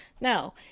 No